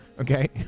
okay